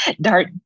Dart